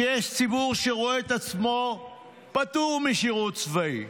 שיש ציבור שרואה את עצמו פטור משירות צבאי,